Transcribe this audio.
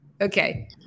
okay